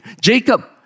Jacob